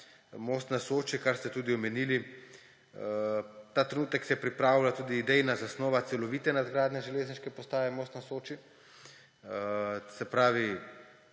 Most na Soči, kar ste tudi omenili. Ta trenutek se pripravlja tudi idejna zasnova celovite nadgradnje železniške postaje Most na Soči. Se pravi,